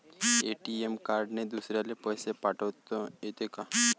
ATM कार्डने दुसऱ्याले पैसे पाठोता येते का?